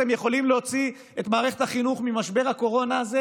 אתם יכולים להוציא את מערכת החינוך ממשבר הקורונה הזה,